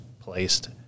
placed